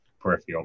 peripheral